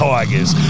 Tigers